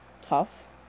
tough